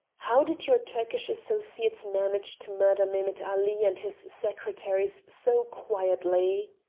how did your turkish associates manage to murder mehemet ali and his secretaries so quietly?